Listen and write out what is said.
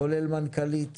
כולל מנכ"לית